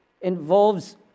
involves